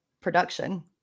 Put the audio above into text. production